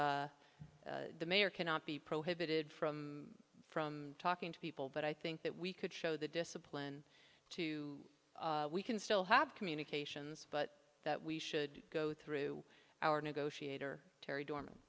it's the mayor cannot be prohibited from from talking to people but i think that we could show the discipline to we can still have communications but that we should go through our negotiator terry dorman